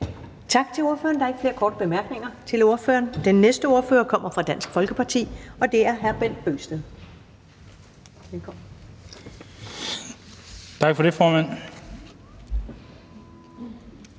Tak til ordføreren. Der er ikke korte bemærkninger til ordføreren. Den næste ordfører kommer fra Liberal Alliance, og det er hr. Henrik Dahl. Velkommen. Kl. 15:45 (Ordfører)